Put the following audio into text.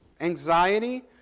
anxiety